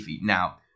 now